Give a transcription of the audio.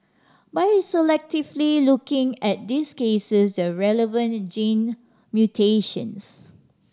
by selectively looking at these cases the relevant gene mutations